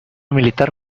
militar